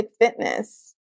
fitness